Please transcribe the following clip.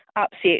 upset